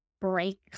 break